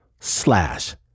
slash